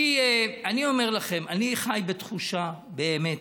אני אומר לכם, אני חי בתחושה, באמת,